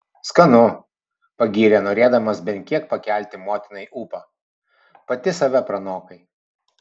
skanu pagyrė norėdamas bent kiek pakelti motinai ūpą pati save pranokai